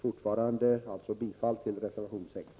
Jag yrkar fortfarande bifall till reservation 6.